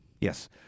Yes